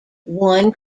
one